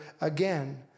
again